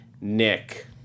Nick